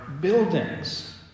buildings